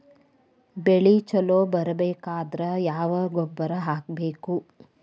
ಬೆಳಿ ಛಲೋ ಬರಬೇಕಾದರ ಯಾವ ಗೊಬ್ಬರ ಹಾಕಬೇಕು?